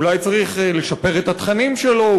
אולי צריך לשפר את התכנים שלו,